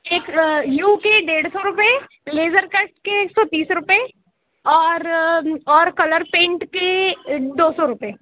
एक यू के डेढ़ सौ रुपये लेज़र कट के एक सौ तीस रुपये और और कलर पेंट के दो सौ रुपये